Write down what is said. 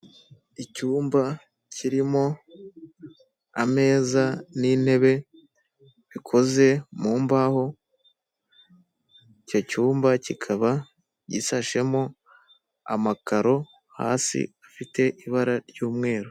Icyumba kirimo ameza n'intebe bikoze mu mbaho, icyo cyumba kikaba gisashemo amakaro hasi afite ibara ry'umweru.